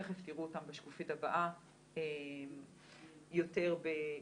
תיכף תראו אותן בשקיפות הבאה יותר בפוקוס.